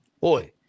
boy